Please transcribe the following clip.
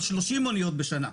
על 30 אניות בשנה.